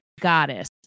goddess